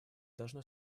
должно